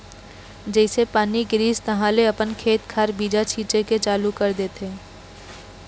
जइसे पानी गिरिस तहाँले अपन खेत खार बीजा छिचे के चालू कर देथे